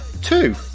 two